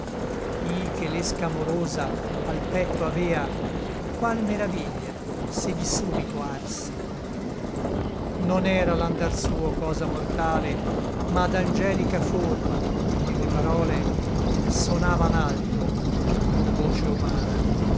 i che l'ésca amorosa al petto avea qual meraviglia se di súbito arsi non era l'andar suo cosa mortale ma d'angelica forma et le parole sonavan altro che pur voce humana